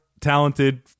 talented